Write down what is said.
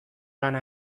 lana